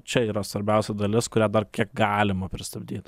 čia yra svarbiausia dalis kurią dar kiek galima pristabdyt